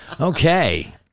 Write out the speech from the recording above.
okay